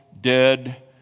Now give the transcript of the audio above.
dead